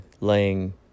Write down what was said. laying